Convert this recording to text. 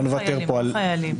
לא חיילים.